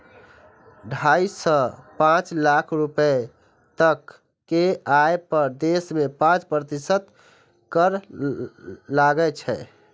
ढाइ सं पांच लाख रुपैया तक के आय पर देश मे पांच प्रतिशत कर लागै छै